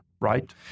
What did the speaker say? right